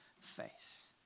face